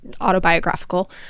autobiographical